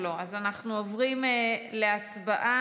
לא יהיה תומכי טרור.